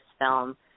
film